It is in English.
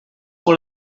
what